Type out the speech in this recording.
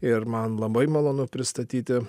ir man labai malonu pristatyti